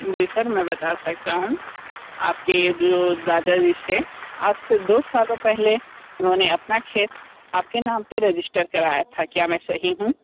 जी sir मैं बता सकता हूँ आपके ये जो दादाजी से आज से दो सालों पहले उन्होंने अपना खेत आपके नाम पर रजिस्टर कराया था क्या मैं सही हूँ